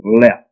left